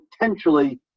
potentially